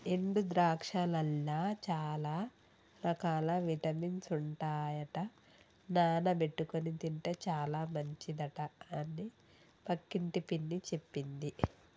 ఎండు ద్రాక్షలల్ల చాల రకాల విటమిన్స్ ఉంటాయట నానబెట్టుకొని తింటే చాల మంచిదట అని పక్కింటి పిన్ని చెప్పింది